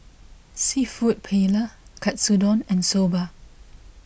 Seafood Paella Katsudon and Soba